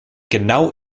genau